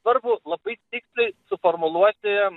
svarbu labai tiksliai suformuluoti